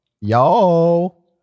Yo